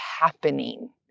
happening